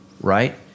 right